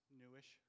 newish